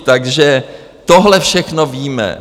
Takže tohle všechno víme.